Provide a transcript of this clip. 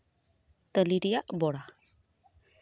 ᱛᱟᱞᱤ ᱨᱮᱭᱟᱜ ᱵᱚᱲᱟ